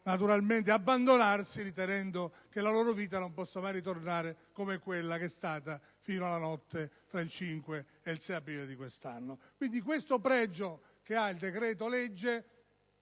lasciarsi andare ritenendo che la loro vita non possa mai tornare quella che è stata fino alla notte tra il 5 e il 6 aprile di quest'anno. Questo pregio del decreto‑legge